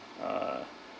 uh